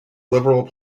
liberal